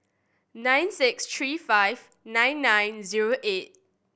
nine six three five nine nine zero eight